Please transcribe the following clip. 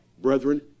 Brethren